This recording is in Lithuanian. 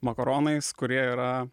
makaronais kurie yra